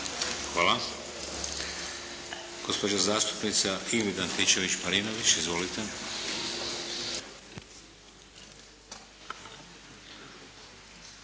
Hvala. Gospođa zastupnica Ingrid Antičević-Marinović. Izvolite.